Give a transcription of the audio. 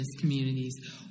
communities